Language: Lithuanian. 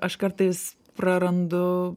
aš kartais prarandu